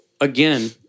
again